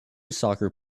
soccer